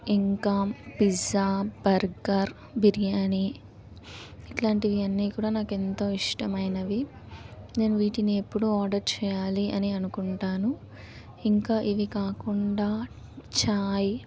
ఇంకా pizza burger biryani ఇట్లాంటివి అన్ని కూడా నాకు ఎంతో ఇష్టమైనవి నేను వీటిని ఎప్పుడు ఆర్డర్ చెయ్యాలి అని అనుకుంటాను ఇంకా ఇవి కాకుండా ఛాయ్